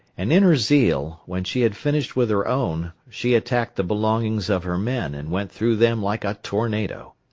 and in her zeal, when she had finished with her own, she attacked the belongings of her men and went through them like a tornado.